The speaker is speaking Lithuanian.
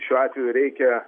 šiuo atveju reikia